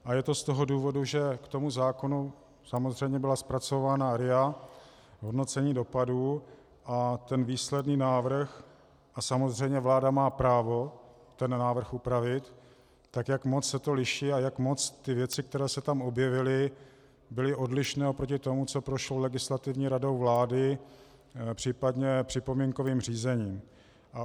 A je to z toho důvodu, že k tomu zákonu samozřejmě byla zpracována RIA, hodnocení dopadů, a ten výsledný návrh a samozřejmě vláda má právo návrh upravit tak jak moc se to liší a jak moc ty věci, které se tam objevily, byly odlišné oproti tomu, co prošlo Legislativní radou vlády, případně připomínkovým řízením.